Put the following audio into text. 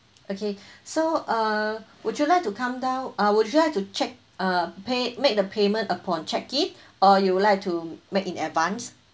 okay so uh would you like to come down uh would like to check uh pay make the payment upon check in or you would like to make in advance